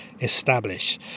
establish